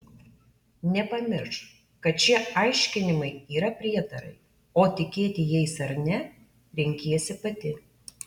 nepamiršk kad šie aiškinimai yra prietarai o tikėti jais ar ne renkiesi pati